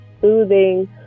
soothing